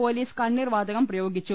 police കണ്ണീർവാതകം പ്രയോഗിച്ചു